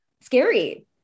scary